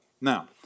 Now